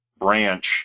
branch